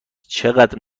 چقدر